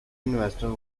investor